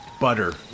butter